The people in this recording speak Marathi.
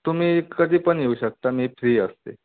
तुम्ही कधी पण येऊ शकता मी फ्री असते